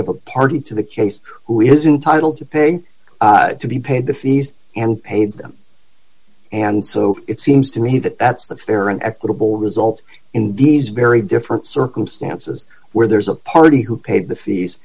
have a party to the case who is entitle to pay to be paid the fees and paid them and so it seems to me that that's the fair and equitable result in these very different circumstances where there's a party who paid the fees